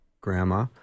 grandma